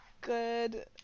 good